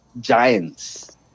giants